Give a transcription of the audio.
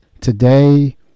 Today